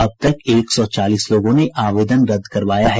अब तक एक सौ चालीस लोगों ने आवेदन रद्द करवाया है